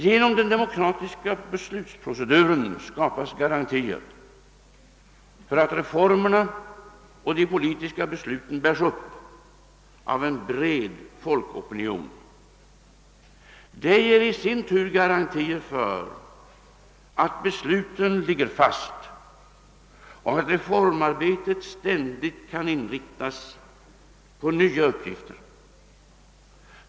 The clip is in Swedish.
Genom den demokratiska beslutsproceduren skapas garantier för att reformerna och de politiska besluten bärs upp av en bred folkopinion. Om ett reformarbete ständigt kan inriktas på nya uppgifter ger det i sin tur garantier för att besluten ligger fast.